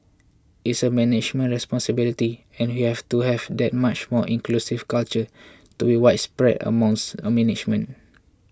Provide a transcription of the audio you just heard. it's a management responsibility and we have to have that much more inclusive culture to be widespread amongst a management